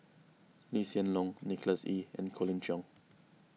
Lee Hsien Loong Nicholas Ee and Colin Cheong